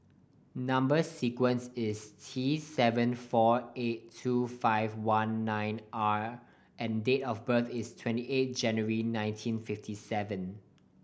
number sequence is T seven four eight two five one nine R and date of birth is twenty eight January nineteen fifty seven